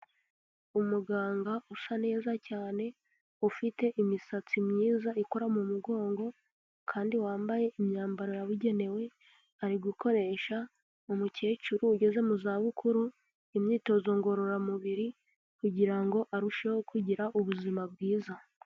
Umuganga usa neza cyane ufite imisatsi myiza ikora mu mugongo, kandi wambaye imyambaro yabugenewe ari gukoresha umukecuru ugeze mu za bukuru imyitozo ngororamubiri kugirango arusheho kugira ubuzima bwiza.